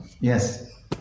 yes